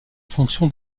fonction